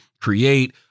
Create